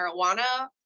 marijuana